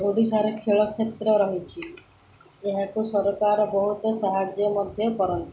ଓଡ଼ିଶାରେ ଖେଳ କ୍ଷେତ୍ର ରହିଛି ଏହାକୁ ସରକାର ବହୁତ ସାହାଯ୍ୟ ମଧ୍ୟ କରନ୍ତି